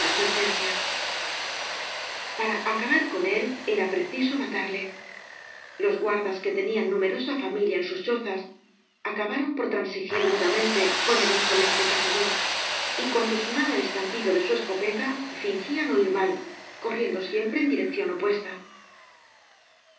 advertencia para acabar con él era preciso matarle los guardas que tenían numerosa familia en sus chozas acabaron por transigir mudamente con el insolente cazador y cuando sonaba el estampido de su escopeta fingían oír mal corriendo siempre en dirección opuesta